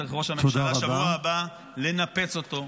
צריך ראש הממשלה בשבוע הבא לנפץ אותו,